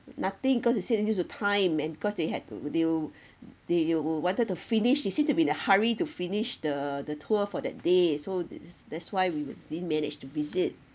nothing because they say due to time and because they had to they wou~ they wanted to finish they said to be in a hurry to finish the the tour for that day so that's why we didn't manage to visit